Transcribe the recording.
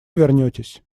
вернетесь